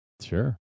Sure